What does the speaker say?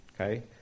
okay